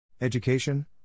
Education